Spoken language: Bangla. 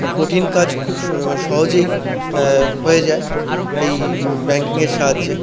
কঠিন কাজ খুব সহজেই হয়ে যায় এই ব্যাঙ্কিংয়ের সাহায্যে